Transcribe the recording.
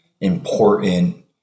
important